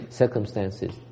circumstances